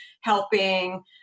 helping